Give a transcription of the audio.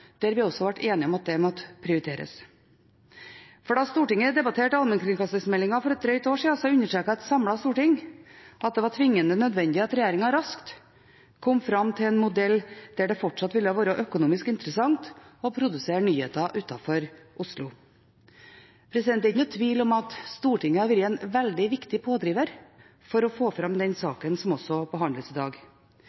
der vi også ble enige om at det måtte prioriteres. Da Stortinget debatterte allmennkringkastingsmeldingen for et drøyt år siden, understreket et samlet storting at det var tvingende nødvendig at regjeringen raskt kom fram til en modell der det fortsatt ville være økonomisk interessant å produsere nyheter utenfor Oslo. Det er ikke noen tvil om at Stortinget har vært en veldig viktig pådriver for å få fram den